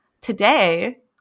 Today –